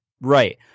right